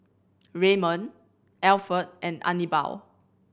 Ramon Alferd and Anibal